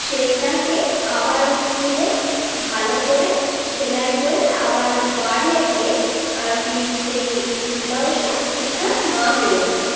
সেইটাকেই আবার খুলে ভালো করে সেলাই করে আবার বাড়িয়ে দিয়ে আর কি সেই ব্লাউজটা ঠিকঠাক মাপ এনেছিলাম